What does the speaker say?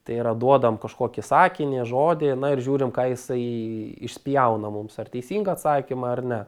tai yra duodam kažkokį sakinį žodį na ir žiūrim ką jisai išspjauna mums ar teisingą atsakymą ar ne